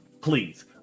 please